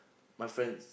my friends